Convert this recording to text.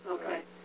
Okay